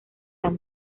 las